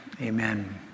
Amen